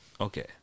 okay